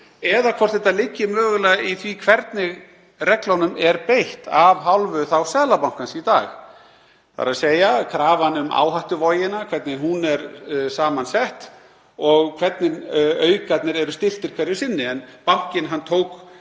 eða hvort þetta liggi mögulega í því hvernig reglunum er beitt af hálfu Seðlabankans í dag; þ.e. krafan um áhættuvogina, hvernig hún er samansett, og hvernig aukarnir eru stilltir hverju sinni. Bankinn tók